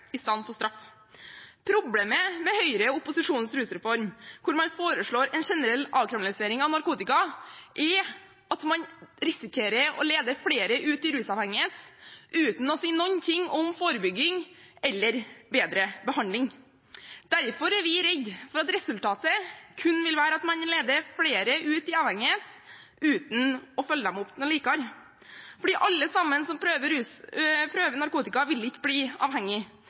straff. Problemet med Høyres og opposisjonens rusreform, hvor man foreslår en generell avkriminalisering av narkotika, er at man risikerer å lede flere ut i rusavhengighet uten å si noen ting om forebygging eller bedre behandling. Derfor er vi redde for at resultatet kun vil være at man leder flere ut i avhengighet, uten å følge dem opp noe bedre. Ikke alle som prøver narkotika, vil bli